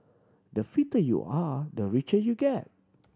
the fitter you are the richer you get